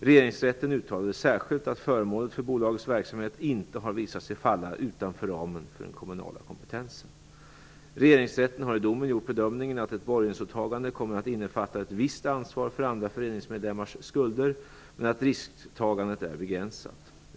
Regeringsrätten uttalade särskilt att föremålet för bolagets verksamhet inte har visat sig falla utanför ramen för den kommunala kompetensen. Regeringsrätten har i domen gjort bedömningen att ett borgensåtagande kommer att innefatta ett visst ansvar för andra föreningsmedlemmars skulder men att risktagandet är begränsat.